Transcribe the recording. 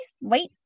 wait